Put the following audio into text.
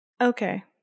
okay